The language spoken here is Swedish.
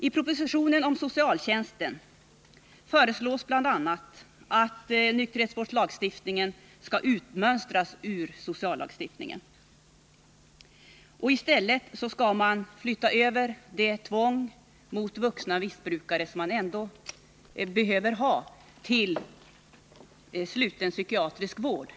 I propositionen om socialtjänsten föreslås bl.a. att nykterhetsvårdslagstiftningen skall utmönstras ur sociallagstiftningen. I stället skall man flytta över det tvång mot vuxna missbrukare som ändå anses nödvändigt i vissa fall till lagen om sluten psykiatrisk vård.